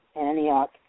Antioch